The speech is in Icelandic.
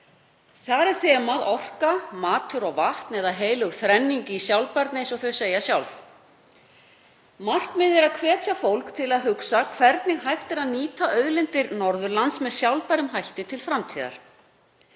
Þar er þemað orka, matur og vatn, eða heilög þrenning í sjálfbærni, eins og þau segja sjálf. Markmiðið er að hvetja fólk til að hugsa hvernig hægt er að nýta auðlindir Norðurlands með sjálfbærum hætti til framtíðar.